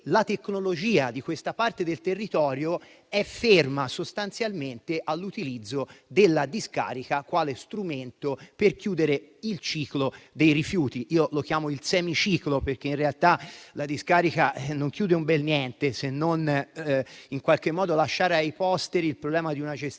La tecnologia di questa parte del territorio è infatti ferma, sostanzialmente, all'utilizzo della discarica quale strumento per chiudere il ciclo dei rifiuti. Io lo chiamo il semiciclo, perché in realtà la discarica non chiude un bel niente e non fa che lasciare ai posteri il problema di una gestione